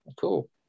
cool